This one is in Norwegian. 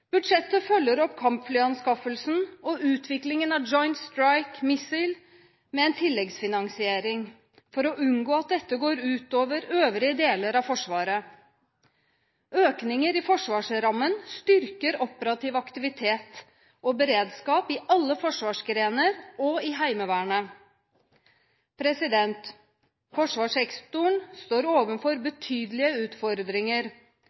Budsjettet følger opp kampflyanskaffelsen og utviklingen av Joint Strike Missile med en tilleggsfinansiering, for å unngå at dette går ut over øvrige deler av Forsvaret. Økninger i forsvarsrammen styrker operativ aktivitet og beredskap i alle forsvarsgrener og i Heimevernet. Forsvarssektoren står